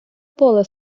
поле